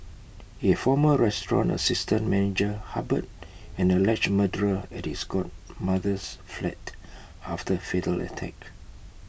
A former restaurant assistant manager harboured an alleged murderer at his godmother's flat after A fatal attack